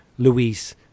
Luis